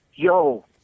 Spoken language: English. Yo